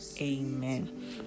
Amen